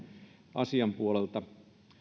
asian puolelta